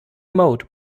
mode